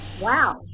Wow